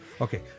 Okay